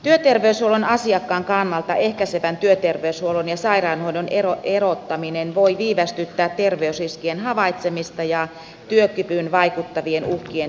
työterveyshuollon asiakkaan kannalta ehkäisevän työterveyshuollon ja sairaanhoidon erottaminen voi viivästyttää terveysriskien havaitsemista ja työkykyyn vaikuttavien uhkien torjumista